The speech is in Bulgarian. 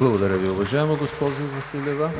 (Ръкопляскания.)